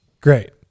great